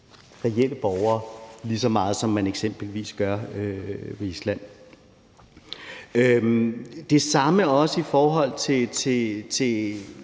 reelle borgere lige så meget, som man eksempelvis gør på Island? Det samme kan man sige i forhold til